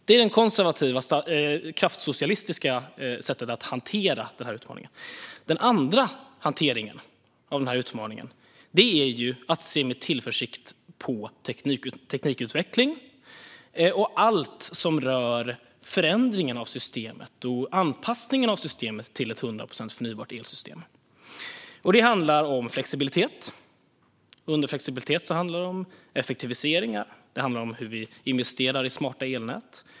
Det är det konservativa kraftsocialistiska sättet att hantera utmaningen. Det andra sättet att hantera utmaningen är att se med tillförsikt på teknikutveckling, allt som rör förändringen av systemet och anpassningen av systemet till ett 100 procent förnybart elsystem. Det handlar om flexibilitet. Under flexibilitet handlar det om effektiviseringar och hur vi investerar i smarta elnät.